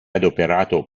adoperato